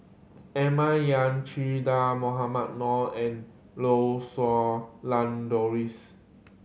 Emma Yong Che Dah Mohamed Noor and Lau Siew Lang Doris